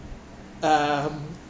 um